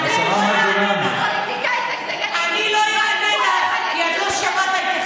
אני לא שומעת אותך.